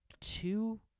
two